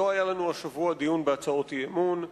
לא היה לנו השבוע דיון בהצעות אי-אמון,